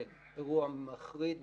באירוע מחריד,